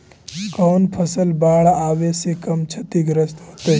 कौन फसल बाढ़ आवे से कम छतिग्रस्त होतइ?